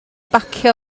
bacio